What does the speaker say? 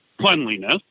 cleanliness